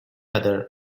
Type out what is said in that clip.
other